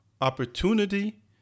opportunity